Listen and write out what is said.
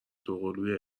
دوقلوی